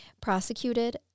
Prosecuted